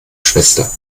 schwester